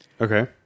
Okay